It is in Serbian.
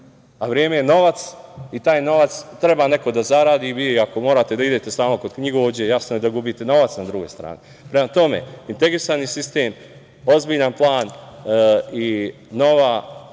Vreme je novac i taj novac treba neko da zaradi. Ako morate da idete stalno kod knjigovođe, jasno je da gubite novac na drugoj strani. Prema tome, integrisani sistem, ozbiljan plan i nova,